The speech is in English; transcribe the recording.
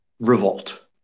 revolt